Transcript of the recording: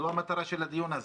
זו המטרה של הדיון הזה.